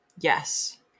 Yes